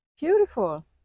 Beautiful